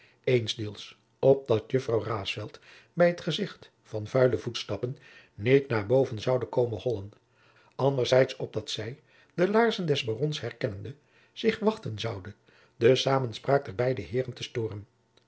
eensdeels opdat mejuffrouw raesfelt bij het gezicht van vuile voetstappen niet naar boven zoude komen hollen anderdeels opdat zij de laarzen des barons herkennende zich wachten zoude de samenspraak der beide heeren te stooren